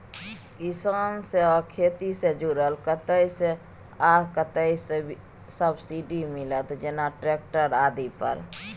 किसान से आ खेती से जुरल कतय से आ कतेक सबसिडी मिलत, जेना ट्रैक्टर आदि पर?